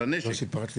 של הנכס,